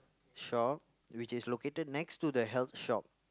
shop which is located next to the health shop